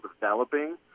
developing